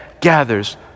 gathers